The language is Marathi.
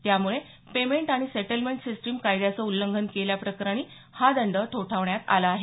त्यामुळे पेमेंट आणि सेटलमेंट सिस्टिम कायद्याचं उल्लंघन केल्याप्रकरणी हा दंड ठोठावण्यात आला आहे